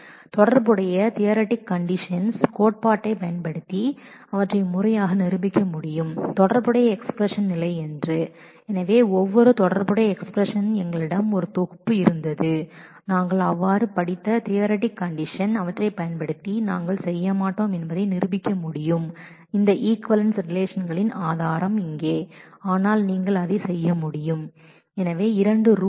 relational expression உடைய set theoretic condition கோட்பாட்டைப் பயன்படுத்தி அவற்றை முறையாக நிரூபிக்க முடியும் எனவே ஒவ்வொரு தொடர்புடைய ரிலேஷனல் எக்ஸ்பிரஸனுக்கும் எங்களிடம் ஒரு செட் தியறட்டிக் கண்டிஷன் இருந்தது நாங்கள் அவ்வாறு படித்த தியறட்டிக் கண்டிஷன் அவற்றைப் நாங்கள் ஈக்விவளென்ஸ் ரிலேஷன்களின் ஆதாரத்தை பயன்படுத்தி செய்ய மாட்டோம் என்பதை நிரூபிக்க முடியும்